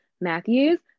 Matthews